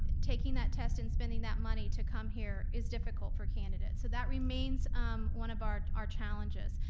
taking that test and spending that money to come here is difficult for candidates, so that remains um one of our our challenges.